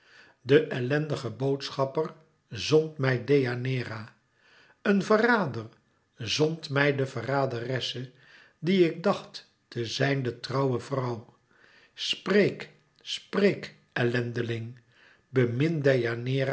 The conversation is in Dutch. den ellendigen boodschapper zond mij deianeira een verrader zond mij de verraderesse die ik dacht te zijn de trouwe vrouw spreek spreek ellendeling